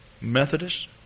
Methodist